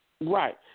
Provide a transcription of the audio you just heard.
Right